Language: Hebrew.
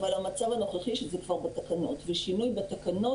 אבל המצב הנוכחי שזה כבר בתקנות ושינוי בתקנות,